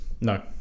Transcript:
No